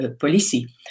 policy